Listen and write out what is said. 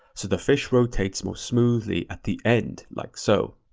so the fish rotates more smoothly at the end like so.